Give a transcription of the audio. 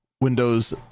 Windows